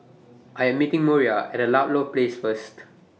I Am meeting Moriah At Ludlow Place First